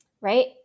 Right